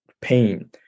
pain